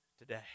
Today